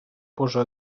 posa